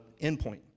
endpoint